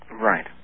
Right